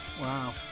wow